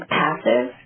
passive